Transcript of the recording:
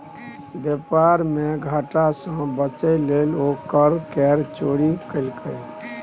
बेपार मे घाटा सँ बचय लेल ओ कर केर चोरी केलकै